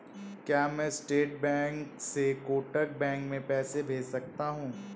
क्या मैं State Bank से कोटक बैंक में पैसे भेज सकता हूँ?